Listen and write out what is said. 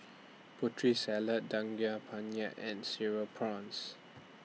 Putri Salad Daging Penyet and Cereal Prawns